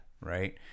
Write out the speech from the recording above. right